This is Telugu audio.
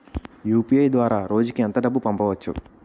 యు.పి.ఐ ద్వారా రోజుకి ఎంత డబ్బు పంపవచ్చు?